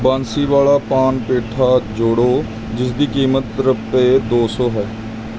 ਬਾਂਸੀਵਾਲਾ ਪਾਨ ਪੇਠਾ ਜੋੜੋ ਜਿਸ ਦੀ ਕੀਮਤ ਰੁਪਏ ਦੋ ਸੌ ਹੈ